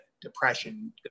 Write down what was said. depression